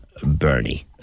Bernie